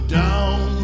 down